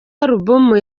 album